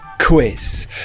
quiz